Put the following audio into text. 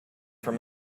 from